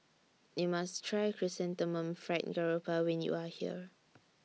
YOU must Try Chrysanthemum Fried Garoupa when YOU Are here